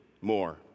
more